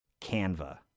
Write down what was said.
Canva